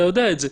אתה יודע את זה.